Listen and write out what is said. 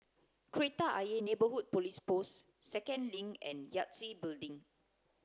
Kreta Ayer Neighbourhood Police Post Second Link and Yangtze Building